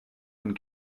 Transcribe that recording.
von